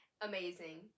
Amazing